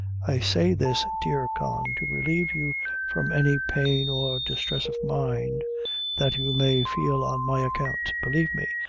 i say this, dear con, to relieve you from any pain or distress of mind that you may feel on my account. believe me,